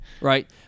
right